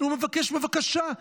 הוא מבקש: בבקשה,